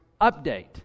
update